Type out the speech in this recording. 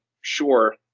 sure